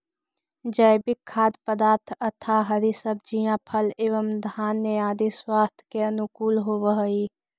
जैविक खाद्य पदार्थ यथा हरी सब्जियां फल एवं धान्य आदि स्वास्थ्य के अनुकूल होव हई